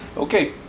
Okay